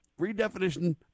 redefinition